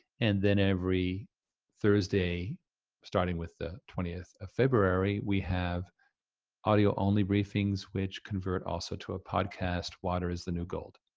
and then every thursday starting with the twentieth of february we have audio-only briefings which convert also to a podcast, water is the new gold.